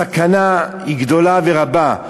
הסכנה היא גדולה ורבה.